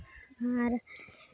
ᱟᱨ